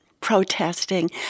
protesting